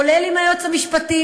כולל עם היועץ המשפטי,